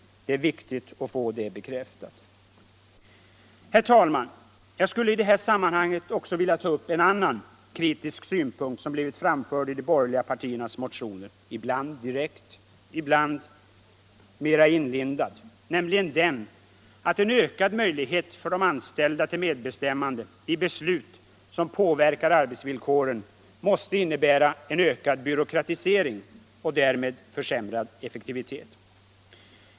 Det är viktigt att få det bekräftat på detta sätt. Herr talman! Jag skulle i det här sammanhanget också vilja ta upp en annan kritisk synpunkt som blivit framförd i de borgerliga partiernas motioner ibland direkt, ibland mera inlindad, nämligen den att en ökad möjlighet för de anställda till medbestämmande i beslut som påverkar arbetsvillkoren måste innebära en ökad byråkratisering och därmed försämrad effektivitet.